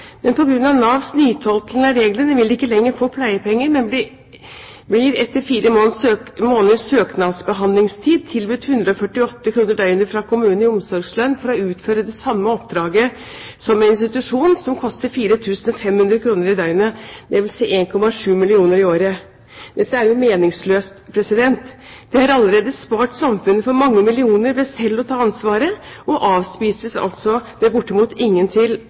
men på grunn av Navs nytolkning av reglene vil de ikke lenger få pleiepenger. Etter fire måneders søknadsbehandlingstid blir de tilbudt 148 kr døgnet i omsorgslønn fra kommunen for å utføre det samme oppdraget som en institusjon, som koster 4 500 kr i døgnet, dvs. 1,7 mill. kr i året. Dette er jo meningsløst. De har allerede spart samfunnet for mange millioner ved selv å ta ansvaret, men avspises altså med bortimot ingenting. Hvis det ikke blir orden på dette, vil de altså bli tvunget til